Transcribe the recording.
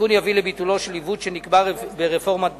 התיקון יביא לביטולו של עיוות שנקבע ברפורמת בכר.